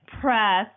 press